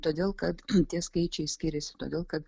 todėl kad tie skaičiai skiriasi todėl kad